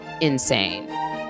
insane